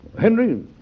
Henry